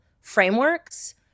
frameworks